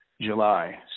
July